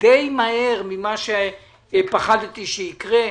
די מהר ממה שפחדתי שיקרה.